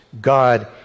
God